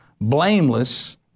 blameless